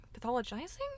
pathologizing